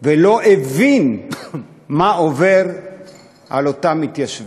ולא הבין מה עובר על אותם מתיישבים.